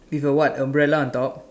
with a what umbrella on top